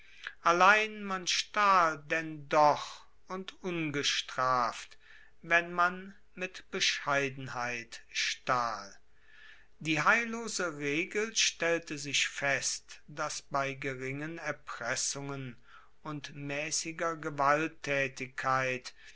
allein man stahl denn doch und ungestraft wenn man mit bescheidenheit stahl die heillose regel stellte sich fest dass bei geringen erpressungen und maessiger gewalttaetigkeit